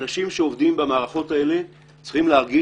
האנשים שעובדים במערכות האלה צריכים להרגיש